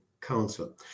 Council